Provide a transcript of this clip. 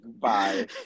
Bye